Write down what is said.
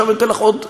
אני אתן לך עוד דוגמה,